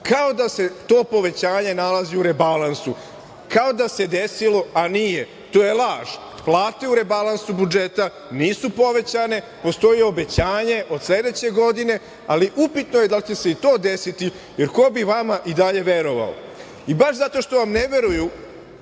kao da se to povećanje nalazi u rebalansu, kao da se desilo, a nije, to je laž. Plate u rebalansu budžeta nisu povećane, postoji obećanje od sledeće godine, ali upitno je da li će se i to desiti, jer ko bi vama i dalje verovao. Baš zato što vam ne veruju,